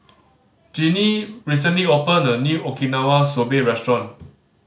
Jeannine recently opened a new Okinawa Soba Restaurant